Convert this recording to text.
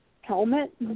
helmet